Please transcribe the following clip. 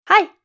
Hi